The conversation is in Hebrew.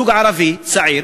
זוג ערבי צעיר